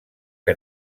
que